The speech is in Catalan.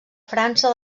frança